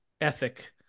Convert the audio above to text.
ethic